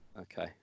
Okay